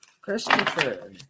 Christopher